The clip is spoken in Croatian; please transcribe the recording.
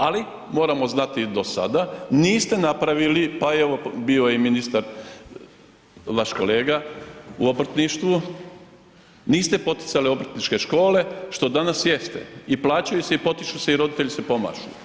Ali moramo znati i do sada niste napravili pa evo bio je i ministar vaš kolega u obrtništvu, niste poticali obrtničke škole što danas jeste i plaćaju se i potiču se i roditelji se pomažu.